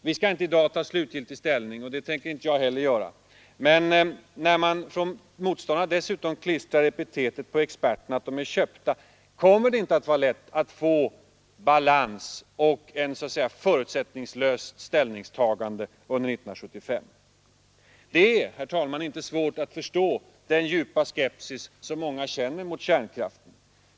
Vi skall inte i dag ta slutgiltig ställning — och det tänker inte jag heller göra — men när man som motståndarna klistrar epitetet på experterna att de är köpta kommer det inte att vara lätt att få balans i debatten och ett förutsättningslöst ställningstagande under 1975. Det är, herr talman, inte svårt att förstå den djupa skepsis som många känner mot kärnkraften.